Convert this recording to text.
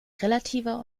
relativer